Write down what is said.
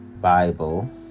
Bible